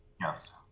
Yes